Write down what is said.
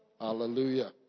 Hallelujah